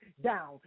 down